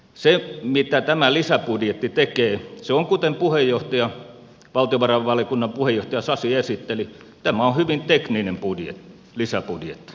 se mitä tämä lisäbudjetti tekee kuten valtiovarainvaliokunnan puheenjohtaja sasi esitteli tämä on hyvin tekninen lisäbudjetti ja se on valitettavaa